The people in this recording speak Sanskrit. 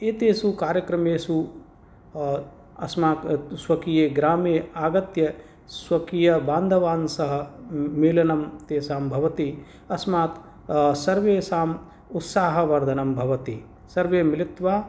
एतेषु कार्यक्रमेषु अस्माकं स्वकीये ग्रामे आगत्य स्वकीयबान्धवान् सह मेलनं तेषां भवति अस्मात् सर्वेषाम् उत्साहवर्धनं भवति सर्वे मिलित्वा